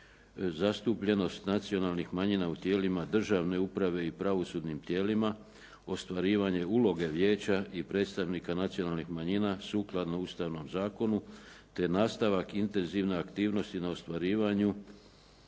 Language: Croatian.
zastupljenost nacionalnih manjina u tijelima državne uprave i pravosudnim tijelima, ostvarivanje uloge vijeća i predstavnika nacionalnih manjina, sukladno Ustavnom zakonu te nastavak intenzivne aktivnosti na ostvarivanju,